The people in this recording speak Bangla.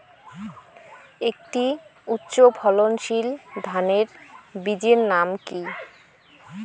একটি উচ্চ ফলনশীল ধানের বীজের নাম কী?